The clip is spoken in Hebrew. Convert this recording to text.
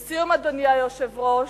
לסיום, אדוני היושב-ראש,